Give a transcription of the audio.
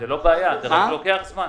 זה לא בעיה, זה פשוט לוקח זמן.